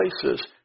places